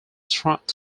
efforts